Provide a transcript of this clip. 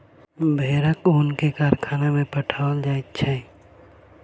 भेड़क ऊन के कारखाना में पठाओल जाइत छै